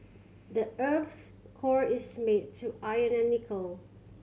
the earth's core is made to iron and nickel